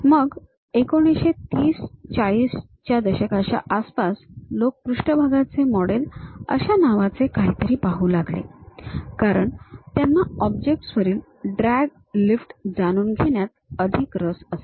मग 1930 40 च्या दशकाच्या आसपास लोक पृष्ठभागाचे मॉडेल अशा नावाचे काहीतरी पाहू लागले कारण त्यांना ऑब्जेक्टस वरील ड्रॅग लिफ्ट जाणून घेण्यात अधिक रस असे